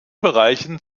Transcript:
bereichen